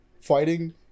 fighting